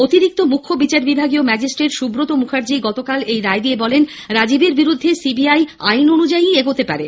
অতিরিক্ত মুখ্য বিচার বিভাগীয় ম্যাজিস্ট্রেট সুব্রত মুখার্জী গতকাল এই রায় দিয়ে বলেন রাজীবের বিরুদ্ধে সি বি আই আইন অনুযায়ী এগোতে পারে